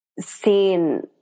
seen